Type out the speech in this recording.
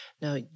Now